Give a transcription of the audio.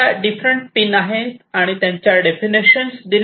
तर या different pin आहेत आणि त्यांच्या डेफिनेशन दिल्या आहेत